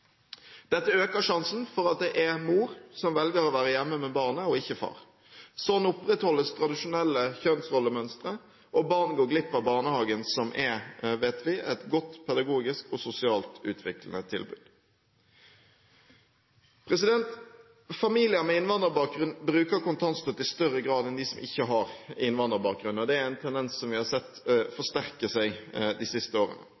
Dette øker sjansen for at det er mor som velger å være hjemme med barnet – og ikke far. Sånn opprettholdes tradisjonelle kjønnsrollemønstre, og barn går glipp av barnehagen, som vi vet er et godt pedagogisk og sosialt utviklende tilbud. Familier med innvandrerbakgrunn bruker kontantstøtte i større grad enn de som ikke har innvandrerbakgrunn, og det er en tendens som vi har sett forsterke seg de siste årene.